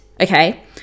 Okay